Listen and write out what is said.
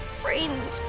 friend